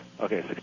Okay